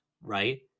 Right